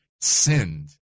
sinned